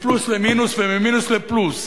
מפלוס למינוס וממינוס לפלוס,